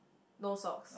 no socks